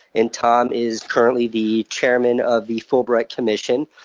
and tom is currently the chairman of the fulbright commission,